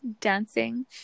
Dancing